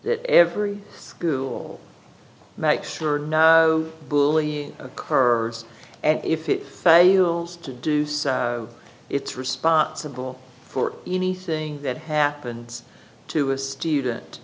that every school make sure bullying curds and if it fails to do so it's responsible for anything that happens to a student